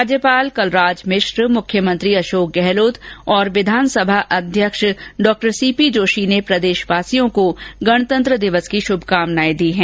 राज्यपाल कलराज मिश्र मुख्यमंत्री अशोक गहलोत और विधानसभा अध्यक्ष सी पी जोशी ने प्रदेशवासियों को गणतंत्र दिवस की श्रभकामनाएं दी है